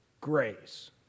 Grace